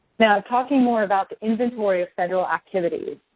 now, talking more about the inventory of federal activities,